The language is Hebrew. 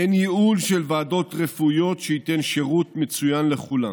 אין ייעול של ועדות רפואיות שייתן שירות מצוין לכולם,